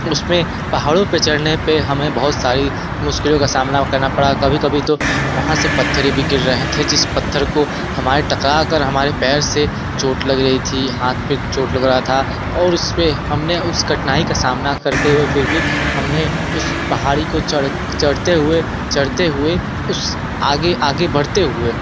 उसमें पहाड़ों पे चढ़ने पर हमें बहुत सारी मुश्किलों का सामना करना पड़ा कभी कभी तो वहाँ से पत्थर भी गिर रहे थे जिस पत्थर को हमारे टकरा कर हमारे पैर से चोट लग रही थी हाथ पर चोट लग रहा था और उस पर हमने उस कठिनाई का सामना करते हुए फिर भी हमने उस पहाड़ी को चढ़ते हुए चढ़ते हुए उस आगे आगे बढ़ते हुए